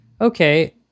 okay